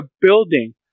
building